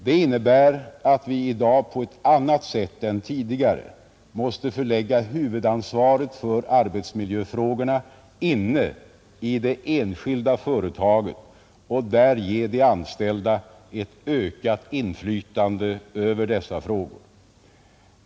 Det innebär att vi i dag på ett annat sätt än tidigare måste förlägga huvudansvaret för arbetsmiljöfrågorna inne i det enskilda företaget och där ge de anställda ett ökat inflytande över dessa frågor.